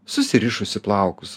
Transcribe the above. susirišusi plaukus